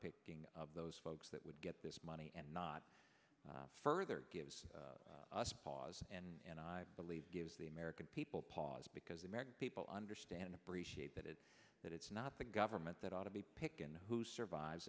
picking of those folks that would get this money and not further gives us pause and i believe gives the american people pause because the american people understand appreciate that it's that it's not the government that ought to be pick and who survives